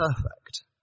perfect